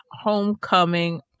homecoming